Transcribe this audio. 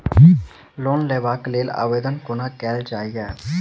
Loan लेबऽ कऽ लेल आवेदन कोना कैल जाइया?